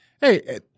Hey